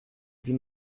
wie